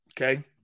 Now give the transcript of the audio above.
Okay